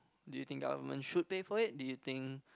do you think government should pay for it do you think